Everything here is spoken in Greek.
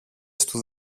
στου